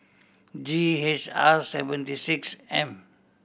G H R seventy six M